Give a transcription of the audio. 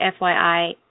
FYI